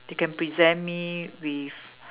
they can present me with